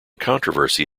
controversy